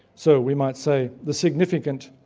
so we might say the significant,